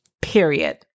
period